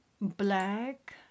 black